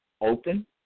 open